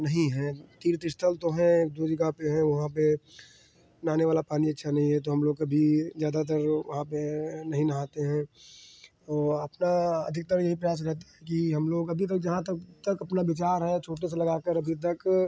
नहीं है तीर्थ स्थल तो है दो जगह पे हैं वहाँ पे नहाने वाला पानी अच्छा नहीं है तो हम लोग कभी ज़्यादातर वहाँ पे नहीं नहाते हैं और आपका अधिकतर यही प्रयास रहता है कि हम लोग अभी तक जहाँ तक अपना विचार है छोटे से लगाकर अभी तक